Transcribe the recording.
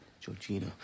Georgina